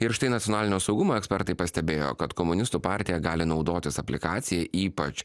ir štai nacionalinio saugumo ekspertai pastebėjo kad komunistų partija gali naudotis aplikacija ypač